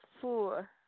four